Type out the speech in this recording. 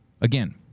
again